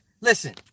listen